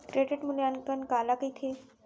Credit मूल्यांकन काला कहिथे?